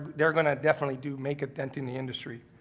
they're gonna definitely, do, make a dent in the industry.